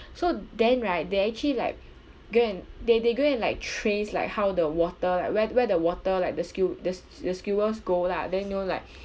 so then right they actually like go and they they go and like trace like how the water like where th~ where the water like the sew~ the the sewers go lah then you know like